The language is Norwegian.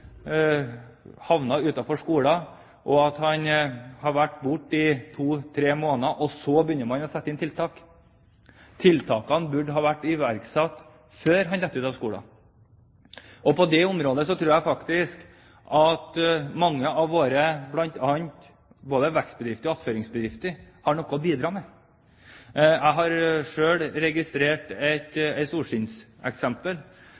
Tiltakene burde ha vært iverksatt før han faller ut av skolen. På det området tror jeg at mange av våre vekstbedrifter og attføringsbedrifter har noe å bidra med. Jeg har selv registrert